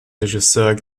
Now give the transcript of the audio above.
regisseur